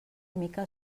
mica